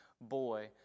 boy